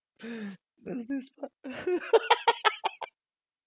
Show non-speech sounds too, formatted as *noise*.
*laughs* there's this part *laughs*